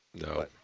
No